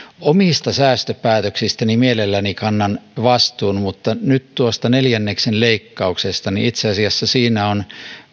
omista säästöpäätöksistäni mielelläni kannan vastuun mutta nyt tuossa neljänneksen leikkauksessa itse asiassa on